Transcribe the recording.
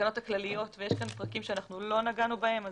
בתקנות הכלליות ויש כאן פרקים שלא נגענו בהם,